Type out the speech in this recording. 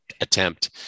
attempt